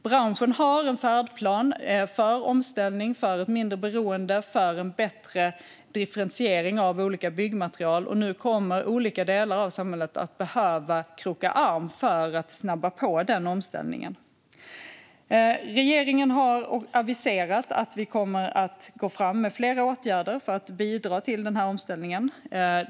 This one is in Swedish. Branschen har en färdplan för omställning, för mindre beroende och för bättre differentiering av olika byggmaterial. Nu kommer olika delar av samhället att behöva kroka arm för att snabba på den omställningen. Vi i regeringen har aviserat att vi kommer att gå fram med flera åtgärder för att bidra till den här omställningen.